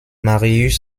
marius